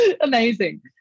amazing